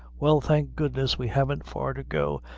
well, thank goodness, we haven't far to go,